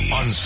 on